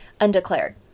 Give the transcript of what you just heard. Undeclared